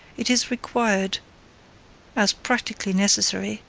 it is required as practically necessary,